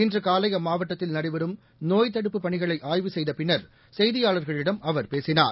இன்றுகாலைஅம்மாவட்டத்தில் நடைபெறும் நோய்த் தடுப்புப் பணிகளைஆய்வு செய்தபின்னர் செய்தியாளர்களிடம் அவர் பேசினார்